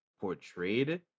portrayed